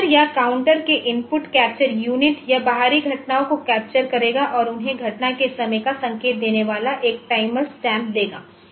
timer या counter के input capture unit यह बाहरी घटनाओं को कैप्चर करेगा और उन्हें घटना के समय का संकेत देने वाला एक टाइम स्टैम्प देगा